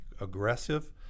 aggressive